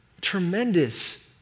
tremendous